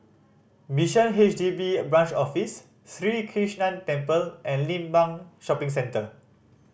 Bishan H D B Branch Office Sri Krishnan Temple and Limbang Shopping Center